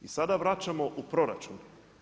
I sada vraćamo u proračun.